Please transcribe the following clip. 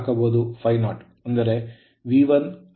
ಅಂದರೆ V1I0cos ∅0Wi